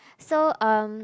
so um